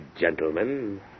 gentlemen